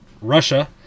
Russia